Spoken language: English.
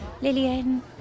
Lillian